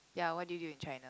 ya what did you do in China